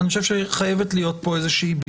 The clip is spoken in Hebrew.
אני חושב שחייבת להיות פה בהירות.